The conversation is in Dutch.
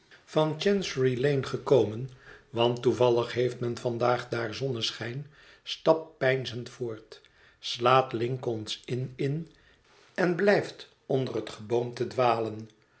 van chancery lane gekomen want toevallig heeft men vandaag daar zonneschijn stapt peinzend voort slaat lincoln's inn in en blijft onder het geboomte dwalen